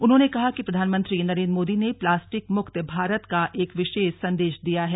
उन्होंने कहा कि प्रधानमंत्री नरेन्द्र मोदी ने प्लास्टिक मुक्त भारत का एक विशेष संदेश दिया है